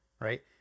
right